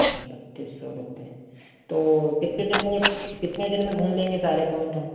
अच्छा बत्तीस सौ रुपये तो कितने दिन में ओर कितने दिन में घूम लेंगे सारे पॉइन्ट हम